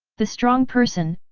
the strong person,